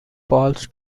falls